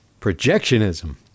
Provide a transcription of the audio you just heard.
projectionism